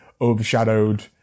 overshadowed